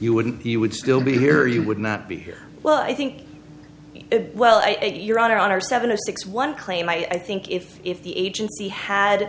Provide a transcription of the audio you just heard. you wouldn't you would still be here you would not be here well i think well your honor on our seven to six one claim i think if if the agency had